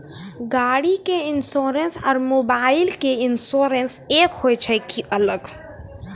गाड़ी के इंश्योरेंस और मोबाइल के इंश्योरेंस एक होय छै कि अलग?